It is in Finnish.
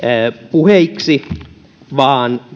puheiksi vaan